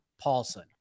Paulson